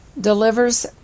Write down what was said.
delivers